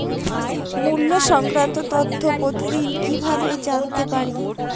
মুল্য সংক্রান্ত তথ্য প্রতিদিন কিভাবে জানতে পারি?